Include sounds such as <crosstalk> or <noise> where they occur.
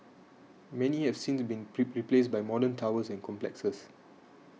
many have since been <unintelligible> placed by modern towers and complexes